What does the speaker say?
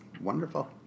wonderful